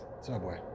Subway